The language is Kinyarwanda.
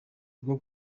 rwo